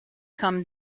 come